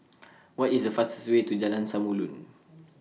What IS The fastest Way to Jalan Samulun